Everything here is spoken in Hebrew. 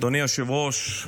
אדוני היושב-ראש,